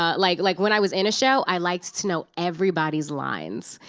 ah like like, when i was in a show, i liked to know everybody's lines.